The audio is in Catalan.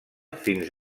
fins